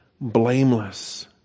blameless